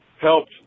helped